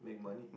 make money